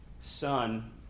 son